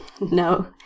No